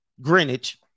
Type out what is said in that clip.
Greenwich